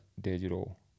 digital